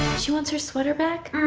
she wants her sweater back.